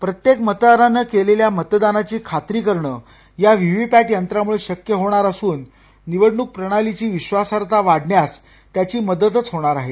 प्रत्येक मतदाराने केलेल्या मतदानाची खात्री करण या व्ही व्ही पॅट यंत्रामुळ शक्य होणार असून निवडणूक प्रणालीची विधासार्हता वाढण्यास त्याची मदतच होणार आहे